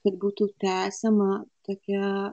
kad būtų tęsiama tokia